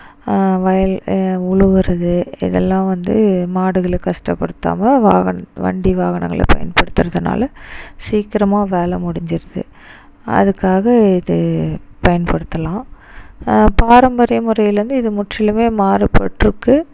வயல் உழுவுறது இதெல்லாம் வந்து மாடுகளை கஷ்டப்படுத்தாமல் வாகன வண்டி வாகனங்களை பயன்படுத்திறனால சீக்கிரமாக வேலை முடிஞ்சிடுது அதுக்காக இது பயன்படுத்தலாம் பாரம்பரிய முறையிலேருந்து இது முற்றிலும் மாறுபட்டிருக்கு